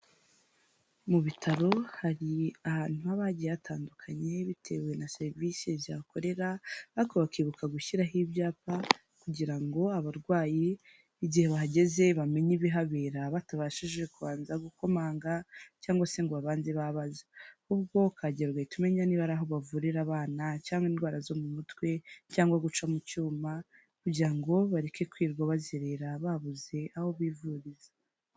Mu bitaro hari ahantu haba hagiye hatandukanye bitewe na serivise zihakorera, ariko bakibuka guhashyiraho ibyapa. Ngira ngo abarwayi igihe bahageze bamenya ibihabera, batabashije kubanza gukomanga cyangwa se ngo babanze babaza. Ahubwo ukahagera ugahita umenya ko ari aho bavurira abana cyangwa indwara zo mu mutwe, cyangwa guca mu cyuma, kugira ngo bareke kwirwa bazerera, babuze aho bivuriza.